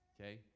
okay